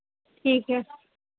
ठीक है